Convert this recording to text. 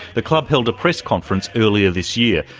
the club held a press conference earlier this year,